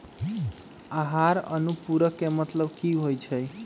आहार अनुपूरक के मतलब की होइ छई?